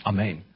Amen